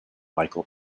michael